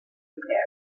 repairs